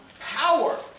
power